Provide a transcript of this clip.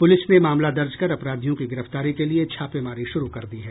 प्रलिस ने मामला दर्ज कर अपराधियों की गिरफ्तारी के लिए छापेमारी शुरू कर दी है